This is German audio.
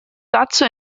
dazu